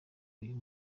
uyu